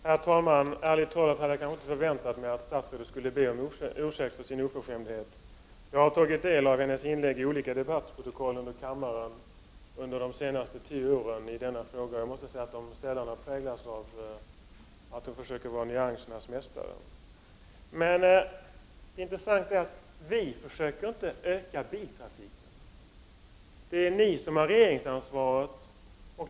Herr talman! Ärligt talat hade jag inte förväntat mig att statsrådet skulle be om ursäkt för sin oförskämdhet. Jag har tagit del av hennes inlägg i olika debattprotokoll från kammaren i denna fråga under de senaste tio åren. Inläggen har sällan präglats av att statsrådet försöker vara nyansernas mästare. Det intressanta är att vi moderater inte försöker öka biltrafiken. Det är ni som har regeringsansvaret.